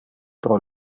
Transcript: pro